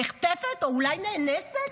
נחטפת או אולי נאנסת?